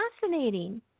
fascinating